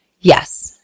Yes